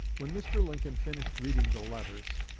when mr. lincoln finished reading the letters,